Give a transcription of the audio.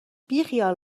بیخیال